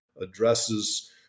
addresses